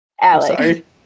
Alex